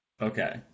Okay